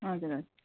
हजुर हजुर